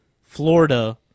Florida